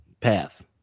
path